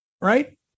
right